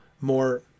more